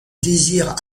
désire